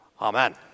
Amen